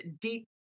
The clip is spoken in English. deep